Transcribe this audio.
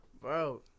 Bro